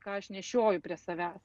ką aš nešioju prie savęs